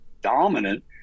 dominant